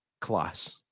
Class